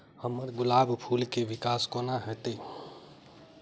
हम्मर गुलाब फूल केँ विकास कोना हेतै?